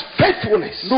faithfulness